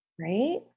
right